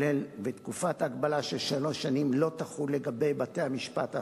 שתקופת הגבלה לשלוש שנים לא תחול על בתי-המשפט האחרים,